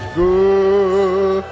good